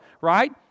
right